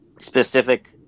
specific